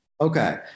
Okay